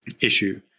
issue